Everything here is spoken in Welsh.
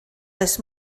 oes